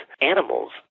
animals